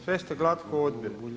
Sve ste glatko odbili.